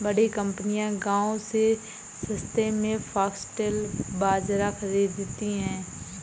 बड़ी कंपनियां गांव से सस्ते में फॉक्सटेल बाजरा खरीदती हैं